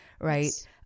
right